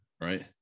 right